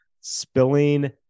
spilling